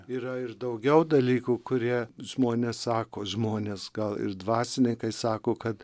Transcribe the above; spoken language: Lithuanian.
yra ir daugiau dalykų kurie žmonės sako žmonės gal ir dvasininkai sako kad